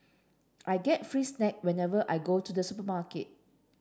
I get free snack whenever I go to the supermarket